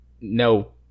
no